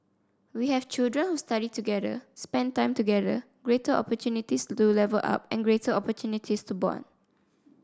we have children who study together spent time together greater opportunities to level up and greater opportunities to bond